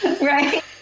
Right